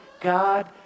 God